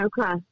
Okay